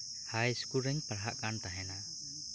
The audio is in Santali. ᱦᱟᱭᱥᱠᱩᱞ ᱨᱮᱧ ᱯᱟᱲᱦᱟᱜ ᱠᱟᱱ ᱛᱟᱦᱮᱱᱟ